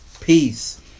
peace